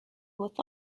with